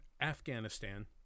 Afghanistan